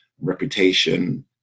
reputation